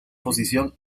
posición